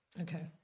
Okay